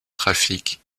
trafic